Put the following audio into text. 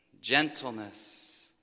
gentleness